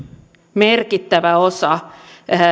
merkittävä osa